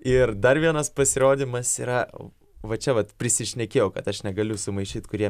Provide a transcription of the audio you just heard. ir dar vienas pasirodymas yra va čia vat prisišnekėjau kad aš negaliu sumaišyt kurie